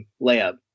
layup